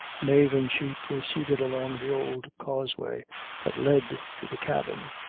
mave and she proceeded along the old causeway that led to the cabin,